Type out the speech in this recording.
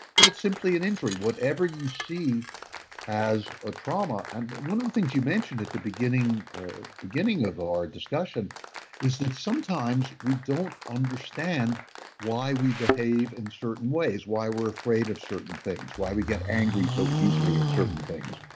but it's simply an injury. whatever you see as a trauma and one of the things you mentioned at the beginning beginning of our discussion is that sometimes we don't understand why we behave in certain ways. why we're afraid of certain things. why we get angry so easily at certain things.